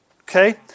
Okay